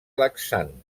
laxant